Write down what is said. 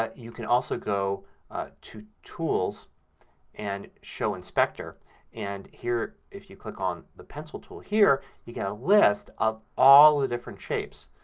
ah you can also go to tools and show inspector and here, if you click on the pencil tool here, you get a list of all the different shapes.